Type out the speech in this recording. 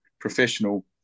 professional